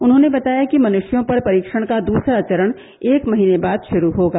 उन्होंने बताया कि मनुष्यों पर परीक्षण का दूसरा चरण एक महीने बाद शुरू होगा